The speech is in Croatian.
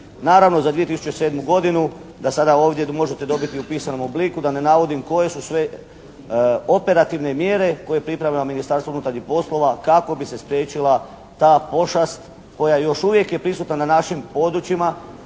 Naravno za 2007. godinu da sada ovdje možete dobiti u pisanom obliku da ne navodim koje su sve operativne mjere koje priprema Ministarstvo unutarnjih poslova, kako bi se spriječila ta pošast koja još uvijek je prisutna na našim područjima,